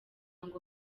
ngo